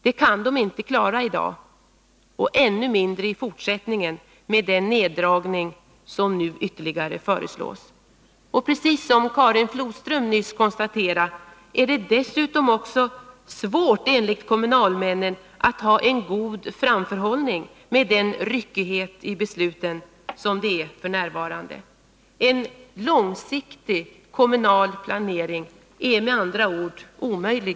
Det kan de inte klara i dag och ännu mindre i fortsättningen med den ytterligare neddragning som nu föreslås. Som Karin Flodström nyss konstaterade är det dessutom också enligt kommunalmännen svårt att ha en god framförhållning med den ryckighet i besluten som f. n. råder. En långsiktig kommunal planering är i dag med andra ord omöjlig.